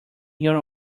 your